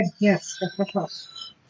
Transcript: Yes